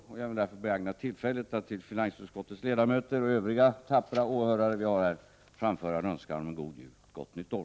Därför vill jag begagna tillfället att till finansutskottets ledamöter och övriga tappra åhörare här framföra en önskan om en god jul och ett gott nytt år.